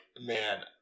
man